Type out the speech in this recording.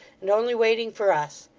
and only waiting for us.